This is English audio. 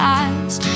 eyes